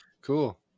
Cool